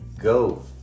go